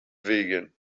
vegan